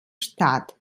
stadt